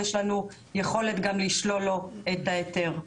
יש לנו יכולת גם לשלול לו את ההיתר.